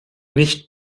nicht